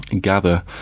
gather